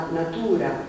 natura